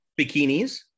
Bikinis